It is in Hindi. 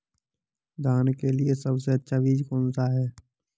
धान के लिए सबसे अच्छा बीज कौन सा है?